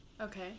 okay